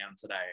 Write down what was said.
today